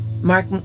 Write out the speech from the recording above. Mark